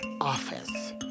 office